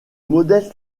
modèle